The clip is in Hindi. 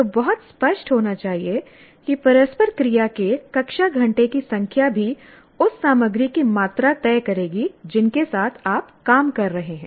तो बहुत स्पष्ट होना चाहिए कि परस्पर क्रिया के कक्षा घंटे की संख्या भी उस सामग्री की मात्रा तय करेगी जिनके साथ आप काम कर रहे हैं